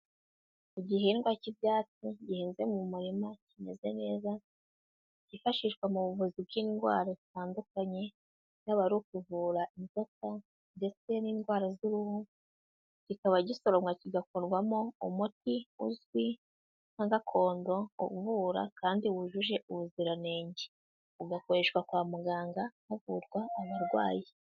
Igihingwa cy'ibyatsi gihinze mu murima kimeze neza cyifashishwa mu buvuzi bw'indwara zitandukanye y'aba ari ukuvura inzoka ndetse n'indwara z'uruhu kikaba gisoroka kigakorwamo umuti uzwi nka gakondo, uvura kandi wujuje ubuziranenge, ugakoreshwa kwa muganga havurwa abarwayi.